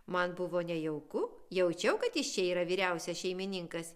man buvo nejauku jaučiau kad jis čia yra vyriausias šeimininkas